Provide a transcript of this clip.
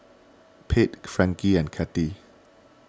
Pate Frankie and Kathy